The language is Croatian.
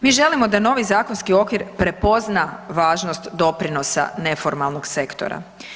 Mi želimo da novi zakonski okvir prepozna važnost doprinosa neformalnog sektora.